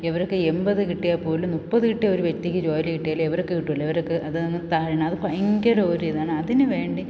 ഇവർക്ക് എൺപത് കിട്ടിയാൽ പോലും മുപ്പത് കിട്ടിയ ഒരു വ്യക്തിയ്ക്ക് ജോലി കിട്ടിയാലും ഇവർക്ക് കിട്ടൂല ഇവർക്ക് അതാന്ന് താഴ്ണ അത് ഭയങ്കര ഒരു ഇതാണ് അതിന് വേണ്ടി